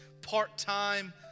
part-time